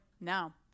now